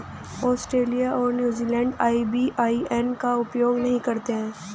Australia और New Zealand IBAN का उपयोग नहीं करते हैं